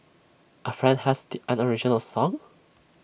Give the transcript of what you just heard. A friend has the an original song